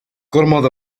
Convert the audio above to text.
gormod